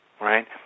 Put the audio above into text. right